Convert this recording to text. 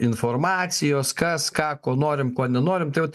informacijos kas ką ko norim ko nenorim tai vat